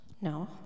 No